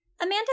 Amanda